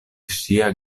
ŝia